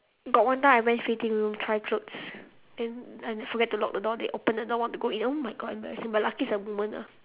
got one time I went fitting room try clothes then and I forget to lock the door then they open the door want to go in oh my god embarrassing but lucky it's a woman ah